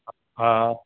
ہاں